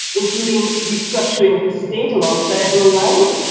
including restructuring of the state along federal lines,